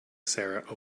sarah